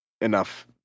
enough